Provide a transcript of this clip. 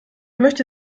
möchte